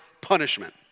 punishment